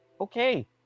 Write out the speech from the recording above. okay